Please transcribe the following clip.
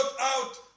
out